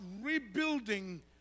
rebuilding